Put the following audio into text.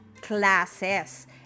classes